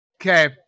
okay